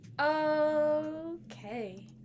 Okay